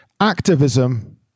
activism